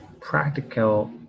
practical